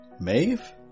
Maeve